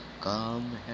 come